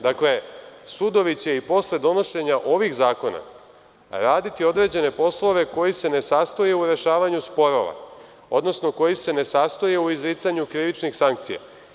Dakle, sudovi će i posle donošenja ovih zakona raditi određene poslove koji se ne sastoje u rešavanju sporova, odnosno koji se ne sastoje u izricanju krivičnih sankcija.